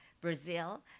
Brazil